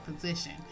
position